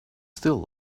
still